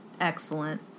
excellent